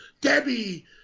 Debbie